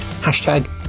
Hashtag